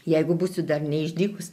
jeigu būsiu dar neišdykusi